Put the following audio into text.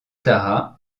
tara